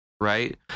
right